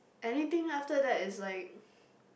anything after that is like